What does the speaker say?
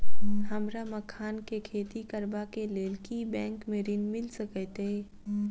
हमरा मखान केँ खेती करबाक केँ लेल की बैंक मै ऋण मिल सकैत अई?